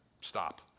stop